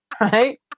Right